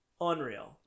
unreal